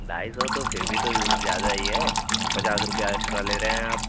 ढाई सौ तो फिर भी तो ज़्यादा ही है पचास रुपया एक्स्ट्रा ले रहे हैं आप